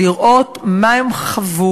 לא יתואר מה הם חוו,